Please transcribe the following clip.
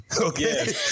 Okay